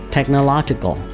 Technological